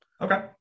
Okay